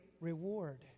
reward